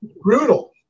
Brutal